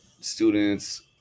students